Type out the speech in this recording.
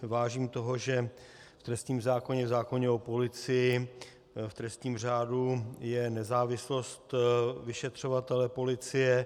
Vážím si toho, že v trestním zákoně, v zákoně o policii, v trestním řádu, je nezávislost vyšetřovatele policie.